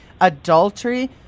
adultery